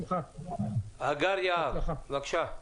הגר יהב, בבקשה.